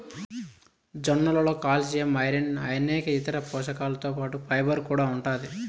జొన్నలలో calcium, iron అనేక ఇతర పోషకాలతో పాటు ఫైబర్ కూడా ఉంటాది